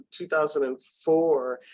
2004